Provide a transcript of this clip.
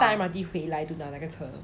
then 再搭一个 M_R_T 回来 to 拿那个车